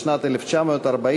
בשנת 1940,